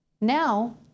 Now